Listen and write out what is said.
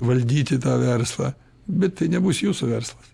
valdyti tą verslą bet tai nebus jūsų verslas